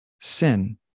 sin